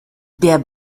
der